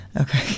okay